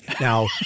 Now